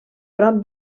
prop